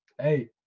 hey